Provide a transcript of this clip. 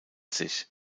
sich